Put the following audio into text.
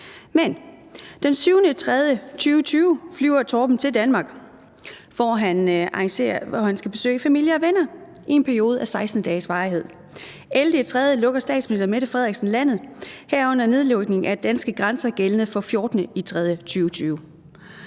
Men den 7. marts 2020 flyver Torben til Danmark, hvor han skal besøge familie og venner i en periode af 16 dages varighed. Den 11. marts lukker statsminister Mette Frederiksen landet, herunder de danske grænser gældende fra den 14.